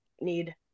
need